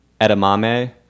edamame